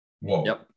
whoa